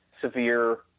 severe